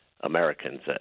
Americans